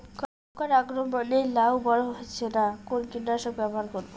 পোকার আক্রমণ এ লাউ বড় হচ্ছে না কোন কীটনাশক ব্যবহার করব?